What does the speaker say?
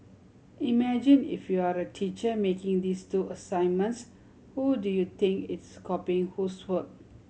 imagine if you are the teacher marking these two assignments who do you think is copying whose work